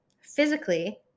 physically